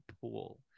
pool